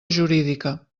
jurídica